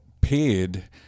paid